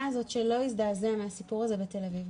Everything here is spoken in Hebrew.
הזאת שלא הזדעזע מהסיפור הזה בטלוויזיה.